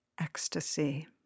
ecstasy